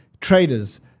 traders